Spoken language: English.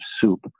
soup